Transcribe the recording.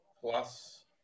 plus